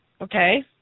Okay